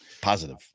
positive